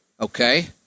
Okay